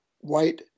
white